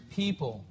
people